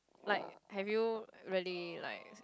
like have you really like